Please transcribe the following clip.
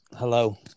Hello